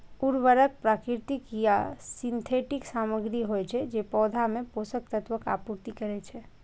उर्वरक प्राकृतिक या सिंथेटिक सामग्री होइ छै, जे पौधा मे पोषक तत्वक आपूर्ति करै छै